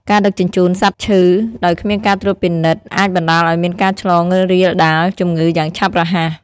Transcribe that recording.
ការដឹកជញ្ជូន សត្វឈឺ ដោយគ្មានការត្រួតពិនិត្យអាចបណ្តាលឱ្យមានការឆ្លងរាលដាលជំងឺយ៉ាងឆាប់រហ័ស។